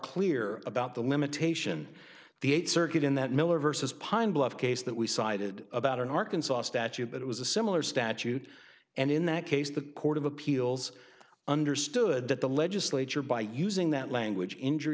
clear about the limitation the eighth circuit in that miller vs pine bluff case that we cited about an arkansas statute that was a similar statute and in that case the court of appeals understood that the legislature by using that language injury